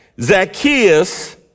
Zacchaeus